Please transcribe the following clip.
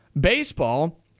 baseball